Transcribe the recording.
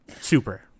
Super